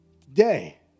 Today